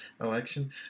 election